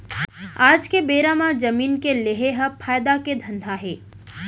आज के बेरा म जमीन के लेहे ह फायदा के धंधा हे